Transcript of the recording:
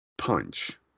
Punch